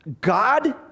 God